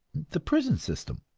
the prison system.